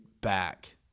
back